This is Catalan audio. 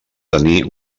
tenir